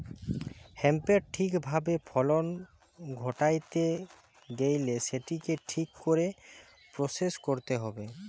হেম্পের ঠিক ভাবে ফলন ঘটাইতে গেইলে সেটিকে ঠিক করে প্রসেস কইরতে হবে